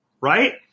right